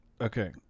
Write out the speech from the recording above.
Okay